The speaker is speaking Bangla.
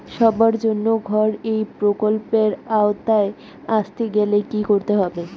সবার জন্য ঘর এই প্রকল্পের আওতায় আসতে গেলে কি করতে হবে?